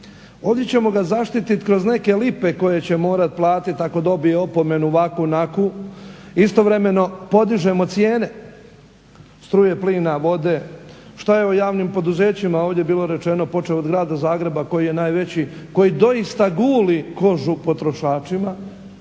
Ovdje ćemo ga zaštiti kroz neke lipe koje će morat platit ako dobije opomenu, ovakvu, onakvu. Istovremeno podižemo cijene struje, plina, vode. Šta je o javnim poduzećima ovdje bilo rečeno, poćev od grada Zagreba koji je najveći, koji doista guli kožu potrošačima,